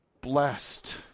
blessed